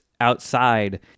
outside